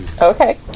Okay